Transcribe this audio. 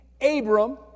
Abram